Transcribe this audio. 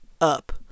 up